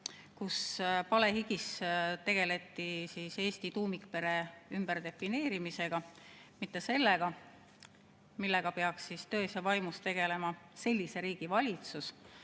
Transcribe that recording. kui palehigis tegeleti Eesti tuumikpere ümberdefineerimisega, mitte sellega, millega peaks tões ja vaimus tegelema sellise riigi valitsus,